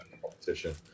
competition